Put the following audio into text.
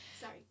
Sorry